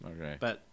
okay